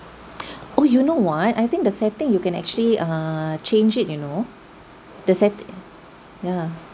oh you know what I think the setting you can actually err change it you know the set~ ya